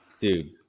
dude